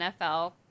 NFL